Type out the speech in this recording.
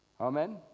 Amen